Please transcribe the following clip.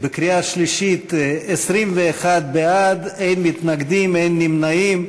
בקריאה שלישית, 21 בעד, אין מתנגדים, אין נמנעים.